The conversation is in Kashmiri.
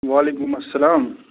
وعلیکُم اسلام